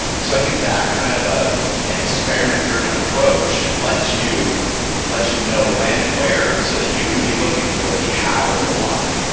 so i think that kind of ah an experiment driven approach lets you lets you know when and where so that you can be looking for the how and the why.